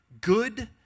good